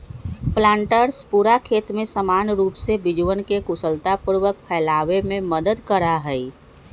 planters पूरा खेत में समान रूप से बीजवन के कुशलतापूर्वक फैलावे में मदद करा हई